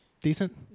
Decent